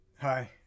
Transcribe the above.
Hi